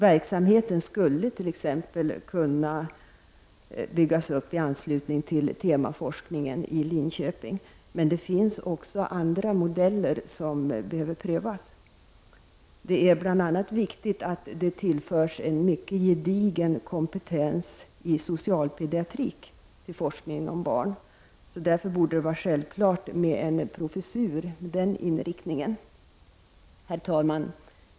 Verksamheten skulle t.ex. kunna byggas upp i anslutning till temaforskningen i Linköping, men det finns också andra modeller som bör prövas. Det är bl.a. viktigt att det tillförs en mycket gedigen kompetens i social-pediatrik till forskningen om barn. Det borde därför vara självklart med en professur med den inriktningen. Herr talman!